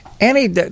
Annie